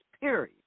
period